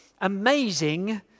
amazing